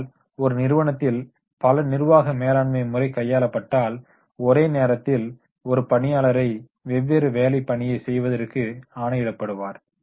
ஆனால் ஒரு நிறுவனத்தில் பல நிர்வாக மேலாண்மை முறை கையாளப்பட்டால் ஒரே நேரத்தில் ஒரு பணியாளரை வெவ்வேறு வேலை பணியை செய்வதற்கு ஆணையிடபடுவார்